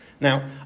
Now